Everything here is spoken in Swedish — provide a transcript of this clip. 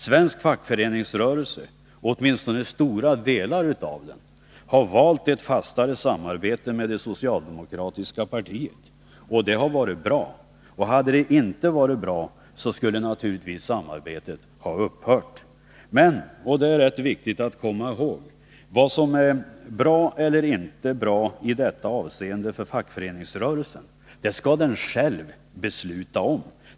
Svensk fackföreningsrörelse — åtminstone stora delar av den — har valt ett fastare samarbete med det socialdemokratiska partiet, och det har varit bra. Hade det inte varit bra, skulle samarbetet naturligtvis ha upphört. Men — och det är viktigt att komma ihåg — vad som är bra eller inte bra för fackföreningsrörelsen i det avseendet skall den själv besluta om.